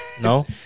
No